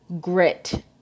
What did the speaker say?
grit